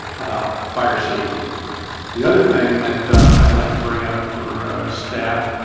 about fire safety the other thing that i'd like to bring up for staff